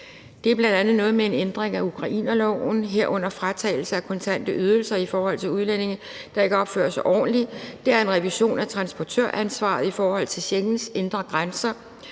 Det er bl.a. noget med en ændring af ukrainerloven, herunder fratagelse af kontante ydelser i forhold til udlændinge, der ikke opfører sig ordentligt. Det er en revision af transportøransvaret i forhold til Schengens indre grænser,